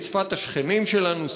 שפת השכנים שלנו,